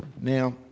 Now